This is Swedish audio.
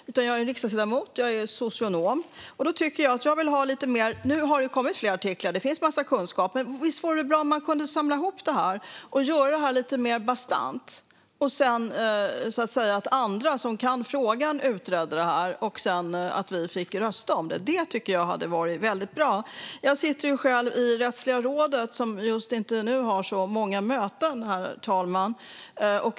Jag är riksdagsledamot och socionom. Nu har det kommit flera artiklar. Det finns en massa kunskap. Visst vore det bra om man kunde samla ihop det och göra det lite mer bastant, att andra som kan frågan utreder detta och att vi sedan fick rösta om det. Det tycker jag hade varit väldigt bra. Jag sitter själv i Rättsliga rådet, som just nu inte har så många möten, herr talman.